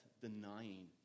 denying